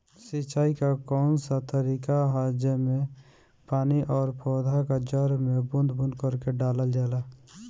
सिंचाई क कउन सा तरीका ह जेम्मे पानी और पौधा क जड़ में बूंद बूंद करके डालल जाला?